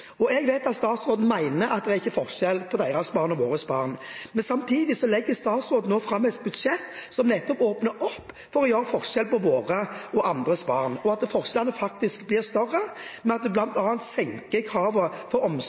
Jeg vet at statsråden mener at det ikke er forskjell på deres barn og våre barn, men samtidig legger hun nå fram et budsjett som nettopp åpner opp for å gjøre forskjell på våre og andres barn. Forskjellene blir faktisk større ved at en bl.a. senker